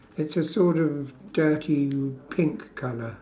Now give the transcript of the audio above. it's a sort of dirty pink colour